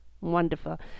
Wonderful